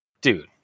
Dude